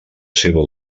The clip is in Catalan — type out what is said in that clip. seva